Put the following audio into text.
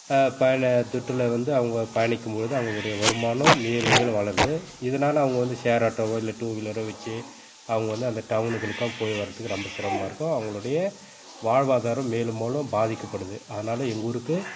பயண துட்டில் வந்து அவங்க பயணிக்கும் போது அவங்களுடைய வருமானம் மேலும் மேலும் வளருது இதனால் அவங்க வந்து ஷேர் ஆட்டோவோ இல்லை டூவீலரோ வச்சு அவங்கள் வந்து அந்த டாவுனுங்களுக்கும் போய் வரத்துக்கு ரொம்ப சிரமமாக இருக்கும் அவங்களுடைய வாழ்வாதாரம் மேலும் மேலும் பாதிக்கப்படுது அதனால் எங்கள் ஊருக்கு